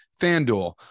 FanDuel